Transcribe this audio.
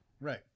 Right